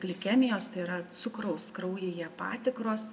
glikemijos tai yra cukraus kraujyje patikros